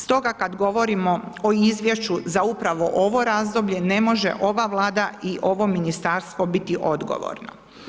Stoga kad govorimo o izvješću za upravo ovo razdoblje ne može ova Vlada i ovo ministarstvo biti odgovorno.